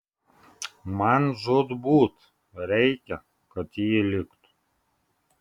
man žūtbūt reikia kad ji liktų